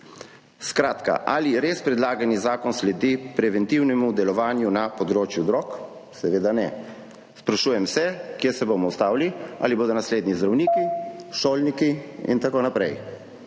Skratka, ali predlagani zakon res sledi preventivnemu delovanju na področju drog? Seveda ne. Sprašujem se, kje se bomo ustavili? Ali bodo naslednji zdravniki, šolniki in tako naprej?